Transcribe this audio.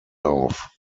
auf